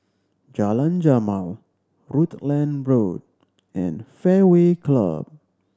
Jalan Jamal Rutland Road and Fairway Club